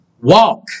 walk